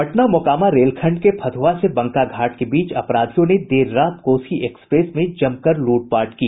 पटना मोकामा रेलखंड के फतुहा से बंका घाट के बीच अपराधियों ने देर रात कोसी एक्सप्रेस में जमकर लूटपाट की